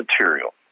material